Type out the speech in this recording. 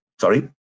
Sorry